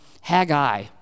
Haggai